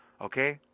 okay